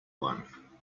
one